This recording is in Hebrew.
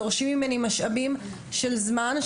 דורשים ממני משאבים של זמן,